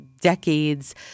decades